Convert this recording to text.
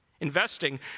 Investing